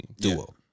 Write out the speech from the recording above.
Duo